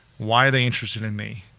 why are they interested in me?